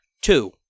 Two